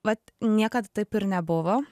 vat niekad taip ir nebuvo